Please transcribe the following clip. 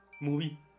movie